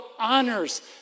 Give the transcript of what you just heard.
honors